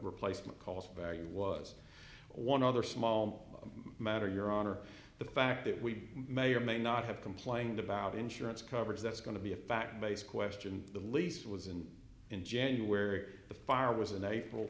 replacement cost value was one other small matter your honor the fact that we may or may not have complained about insurance coverage that's going to be a fact based question the lease was in in january the fire was in april